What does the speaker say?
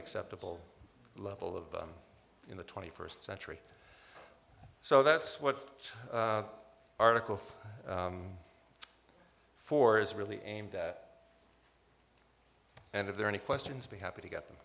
acceptable level of them in the twenty first century so that's what article four is really aimed at and if they're any questions be happy to get them